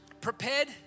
Prepared